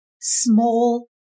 small